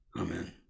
Amen